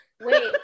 Wait